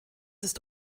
ist